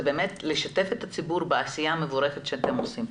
זה באמת לשתף את הציבור בעשייה המבורכת שאתם עושים.